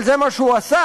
אבל זה מה שהוא עשה,